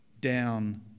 down